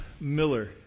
Miller